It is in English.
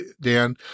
Dan